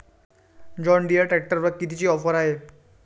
John Deere ट्रॅक्टरवर कितीची offer हाये?